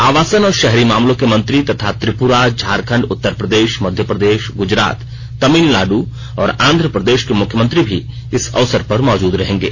आवासन और शहरी मामलों के मंत्री तथा त्रिपुरा झारखंड उत्तर प्रदेश मध्य प्रदेश गुजरात तमिलनाडु और आंध्र प्रदेश के मुख्यमंत्री भी इस अवसर पर मौजूद रहेंगे